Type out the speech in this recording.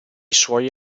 suoi